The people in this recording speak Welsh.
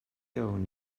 iawn